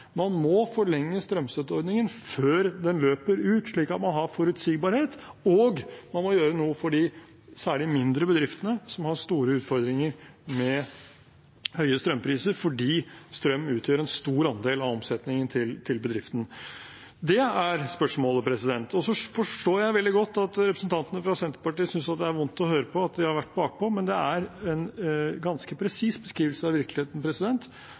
man må forlenge strømstøtteordningen før den løper ut, slik at man har forutsigbarhet, og at man må gjøre noe for særlig de mindre bedriftene, som har store utfordringer med høye strømpriser fordi strøm utgjør en stor andel av omsetningen til bedriften. Det er spørsmålet. Og så forstår jeg veldig godt at representantene fra Senterpartiet synes det er vondt å høre at de har vært bakpå, men det er en ganske presis beskrivelse av virkeligheten,